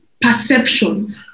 perception